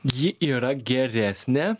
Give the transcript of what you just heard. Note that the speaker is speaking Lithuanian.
ji yra geresnė